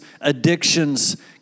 addictions